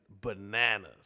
bananas